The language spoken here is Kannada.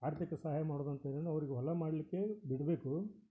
ಆರ್ಥಿಕ ಸಹಾಯ ಮಾಡೋದಂತದೇನಂದ್ರೆ ಅವರಿಗೆ ಹೊಲ ಮಾಡಲಿಕ್ಕೇ ಬಿಡಬೇಕು